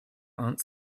aunt